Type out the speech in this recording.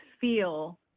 feel